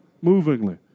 movingly